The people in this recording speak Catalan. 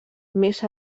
més